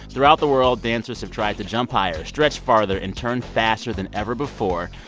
throughout the world, dancers have tried to jump higher, stretch farther and turn faster than ever before.